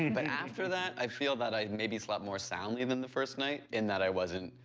but after that, i feel that i maybe slept more soundly than the first night, in that i wasn't.